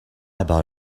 about